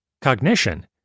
Cognition